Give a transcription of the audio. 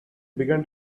began